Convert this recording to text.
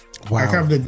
wow